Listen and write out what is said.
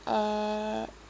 uh